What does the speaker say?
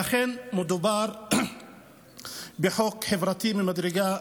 ואכן, מדובר בחוק חברתי ממדרגה ראשונה,